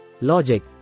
Logic